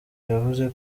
yavuze